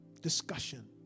discussion